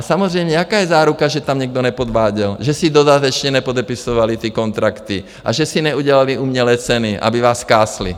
Samozřejmě jaká je záruka, že tam někdo nepodváděl, že si dodatečně nepodepisovali ty kontrakty a že si neudělali umělé ceny, aby vás zkásli?